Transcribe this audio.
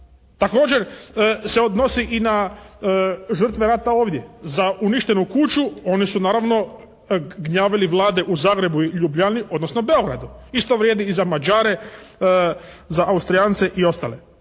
Također se odnosi i na žrtve rata ovdje. Za uništenu kuću oni su naravno gnjavili vlade u Zagrebu i Ljubljani, odnosno u Beogradu. Isto vrijedi i za Mađare, za Austrijance i ostale.